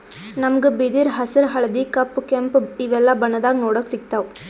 ನಮ್ಗ್ ಬಿದಿರ್ ಹಸ್ರ್ ಹಳ್ದಿ ಕಪ್ ಕೆಂಪ್ ಇವೆಲ್ಲಾ ಬಣ್ಣದಾಗ್ ನೋಡಕ್ ಸಿಗ್ತಾವ್